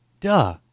duh